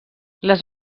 les